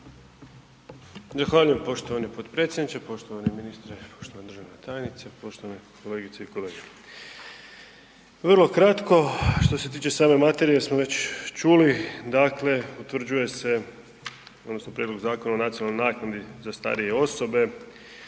Zahvaljujem poštovani potpredsjedniče, poštovani ministre, poštovani državna tajnice, poštovane kolegice i kolege. Vrlo kratko. Što se tiče same materije smo već čuli, dakle utvrđuje se odnosno prijedlog Zakona o nacionalnoj naknadi za starije osobe